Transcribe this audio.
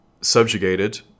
subjugated